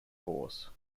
horse